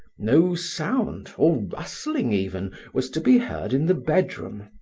no sound, or rustling even, was to be heard in the bedroom.